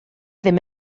ddim